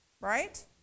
right